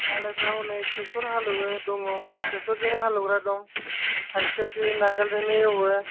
मालायफ्रा हनै टेक्टर हालेवो दङ टेक्टरजोंंबो हालेवग्रा दं खायसे खायसे नांगालजोंनो एवो